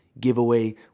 giveaway